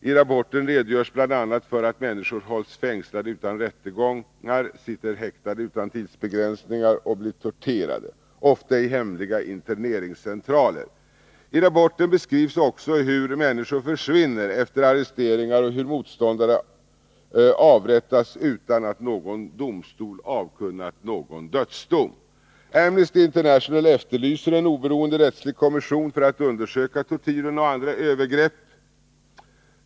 I rapporten redogörs bl.a. för att människor hålls fängslade utan rättegångar, sitter häktade utan tidsbegränsningar och blir torterade, ofta i hemliga interneringscentraler. I rapporten beskrivs också hur människor försvinner efter arresteringar och hur motståndare avrättas utan att någon domstol avkunnat någon dödsdom. Amnesty International efterlyser en oberoende rättslig kommission för att undersöka tortyren och andra övergrepp.